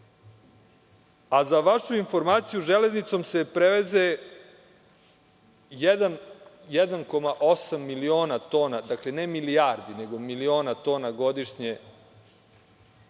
Za vašu informaciju, železnicom se preveze 1,8 miliona tona, dakle, ne milijardi, nego miliona tona godišnje